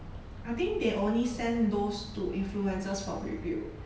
I think they only send those to influencers for review